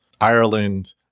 Ireland